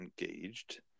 engaged